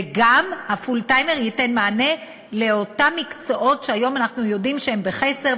וגם הפול-טיימר ייתן מענה באותם מקצועות שהיום אנחנו יודעים שהם בחסר,